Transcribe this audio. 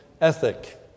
ethic